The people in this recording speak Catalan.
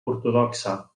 ortodoxa